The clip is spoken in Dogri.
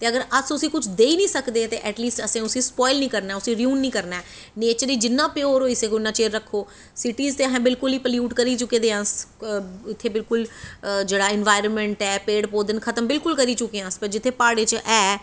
ते अगर अस उस्सी कुछ देई नेईं सकदे ते ऐट लीस्ट असें उस्सी स्पोइल निं करना ऐ रयूम निं करना ऐ नेचर गी जिन्ना होई सकै उन्ना प्योर रक्खो सीटीस ते अस बिल्कुल प्लयूट करी चुके दे आं उत्थै बिल्कुल जेह्ड़ी इंबाइरनामैंट ऐ पेड़ पौधे बिल्कुल खत्म करी चुके आं ते जित्थै प्हाड़े च है